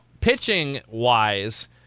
pitching-wise